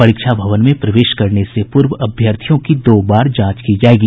परीक्षा भवन में प्रवेश करने के पूर्व अभ्यर्थियों की दो बार जांच की जायेगी